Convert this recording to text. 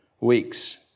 weeks